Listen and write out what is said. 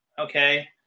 okay